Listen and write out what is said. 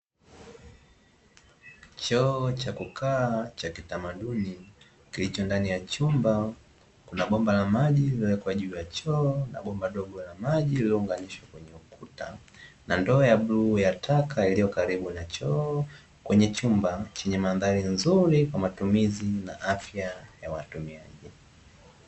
Choo cha kukaa cha kitamaduni kilicho ndani ya chumba, kuna bomba la maji lililowekwa juu ya choo na bomba dogo la maji lililounganishwa kwenye ukuta, na ndoo ya bluu ya taka iliyokaribu na choo kwenye chumba chenye mandhari nzuri, na afya kwa watumiaji.